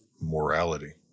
morality